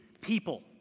people